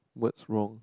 what's wrong